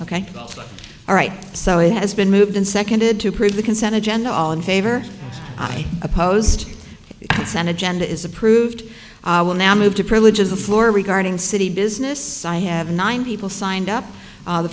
ok all right so it has been moved and seconded to prove the consent agenda all in favor i opposed it's an agenda is approved i will now move to privileges the floor regarding city business i have nine people signed up the